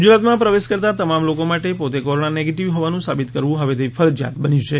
ગુજરાતમાં પ્રવેશ કરતાં તમામ લોકો માટે પોતે કોરોના નેગેટિવ હોવાનું સાબિત કરવું હવેથી ફરજિયાત બન્યું છે